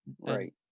right